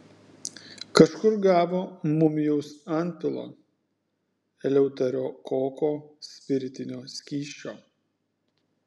kažkur gavo mumijaus antpilo eleuterokoko spiritinio skysčio